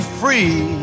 free